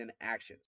actions